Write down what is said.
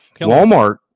Walmart